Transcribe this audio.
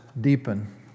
deepen